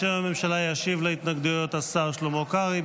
בשם הממשלה ישיב להתנגדויות השר שלמה קרעי,